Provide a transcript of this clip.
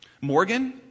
Morgan